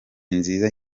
nziza